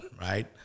right